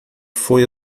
foi